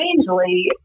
strangely